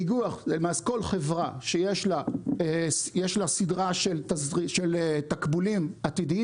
כל חברה שיש לה סדרה של תקבולים עתידיים